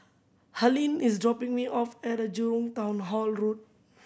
Harlene is dropping me off at the Jurong Town Hall Road